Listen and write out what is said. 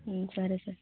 సరే సార్